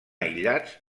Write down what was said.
aïllats